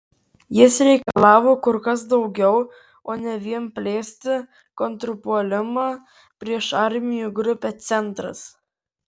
jis reikalavo kur kas daugiau o ne vien plėsti kontrpuolimą prieš armijų grupę centras